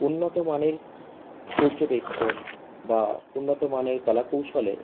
উন্নত মানের পর্যবেক্ষণ বা উন্নত মানের কলা কৌশলে